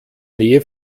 nähe